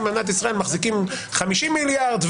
במדינת ישראל מחזיקים חמישים מיליארד,